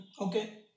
Okay